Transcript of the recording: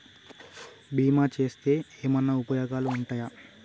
బీమా చేస్తే ఏమన్నా ఉపయోగాలు ఉంటయా?